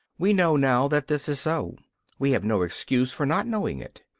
we know now that this is so we have no excuse for not knowing it.